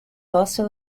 also